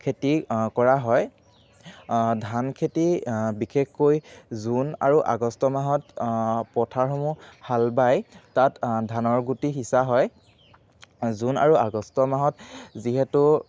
খেতি কৰা হয় ধান খেতি বিশেষকৈ জুন আৰু আগষ্ট মাহত পথাৰসমূহ হাল বাই তাত ধানৰ গুটি সিঁচা হয় জুন আৰু আগষ্ট মাহত যিহেতু